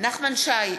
נחמן שי,